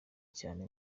cyane